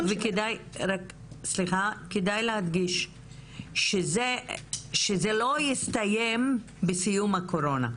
וכדאי להדגיש שזה לא יסתיים בתום הקורונה.